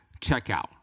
checkout